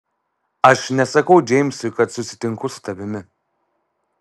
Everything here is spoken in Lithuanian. aš nesakau džeimsui kad susitinku su tavimi